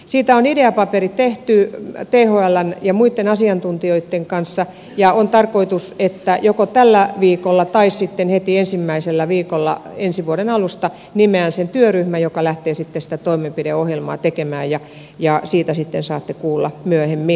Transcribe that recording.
siitä on ideapaperi tehty thln ja muitten asiantuntijoitten kanssa ja on tarkoitus että joko tällä viikolla tai sitten heti ensimmäisellä viikolla ensi vuoden alusta nimeän sen työryhmän joka lähtee sitten sitä toimenpideohjelmaa tekemään ja siitä sitten saatte kuulla myöhemmin